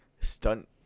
stunt